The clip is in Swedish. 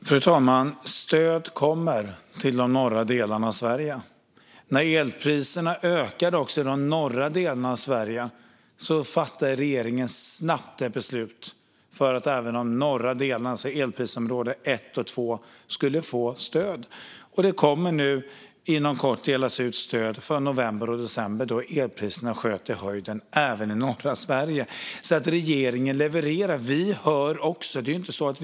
Fru talman! Stöd kommer till de norra delarna av Sverige. När elpriserna ökade också i de norra delarna av Sverige fattade regeringen snabbt ett beslut för att även de norra delarna, elprisområde 1 och 2, skulle få stöd. Det kommer inom kort att delas ut stöd för november och december, då elpriserna sköt i höjden även i norra Sverige. Regeringen levererar alltså. Regeringen hör också.